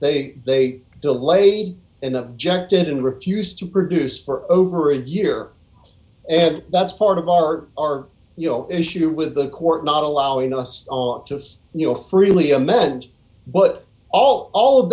they they delay and objected and refused to produce for over a year and that's part of our our you know issue with the court not allowing us to you know freely amend but all all of